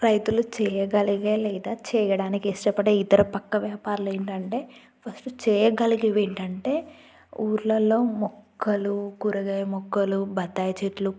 రైతులు చేయగలిగే లేదా చేయడానికి ఇష్టపడే ఇతర పక్క వ్యాపారాలు ఏంటంటే ఫస్టు చేయగలిగేవి ఏంటంటే ఊర్లలో మొక్కలు కూరగాయ మొక్కలు బత్తాయి చెట్లు